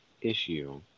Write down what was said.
issue